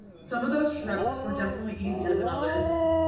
some of those trips were definitely easier than others.